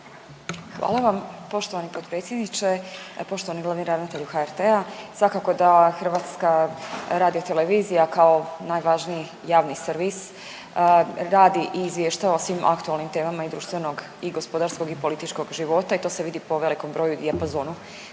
Hvala vam. Poštovani potpredsjedniče, poštovani glavni ravnatelju HRT-a. Svakako da HRT kao najvažniji javni servis radi i izvještava o svim aktualnim temama i društvenog i gospodarskog i političkog života i to se vidi po velikom broju i dijapazonu